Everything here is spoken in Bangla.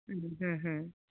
হুম হুম হুম